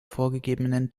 vorgegebenen